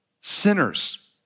sinners